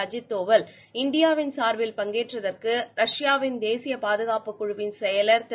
அஜித் தோவல் இந்தியாவின் சார்பில் பங்கேற்றதற்கு ரஷ்யாவின் தேசிய பாதுகாப்பு குழுவின் செயலர் திரு